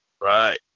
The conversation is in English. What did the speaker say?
Right